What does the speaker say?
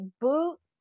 boots